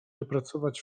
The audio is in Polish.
opracować